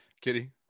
Kitty